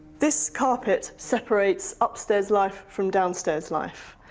this carpet separates upstairs life from downstairs life.